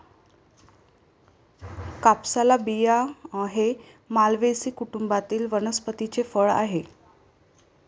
कापसाचे बिया हे मालवेसी कुटुंबातील वनस्पतीचे फळ आहे